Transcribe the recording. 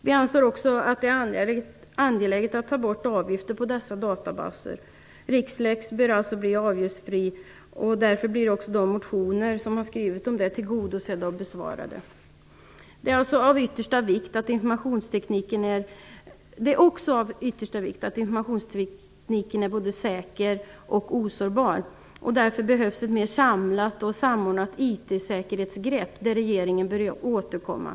Vi anser också att det är angeläget att ta bort avgifter på dessa databaser. Rixlex bör därför bli avgiftsfri. Därigenom blir också de motioner som har skrivits om det tillgodosedda och besvarade. Det är också av yttersta vikt att informationstekniken är både säker och osårbar. Därför behövs ett mer samlat och samordnat IT-säkerhetsgrepp. Där bör regeringen återkomma.